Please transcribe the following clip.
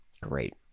great